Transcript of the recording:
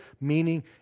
meaning